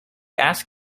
ask